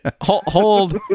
Hold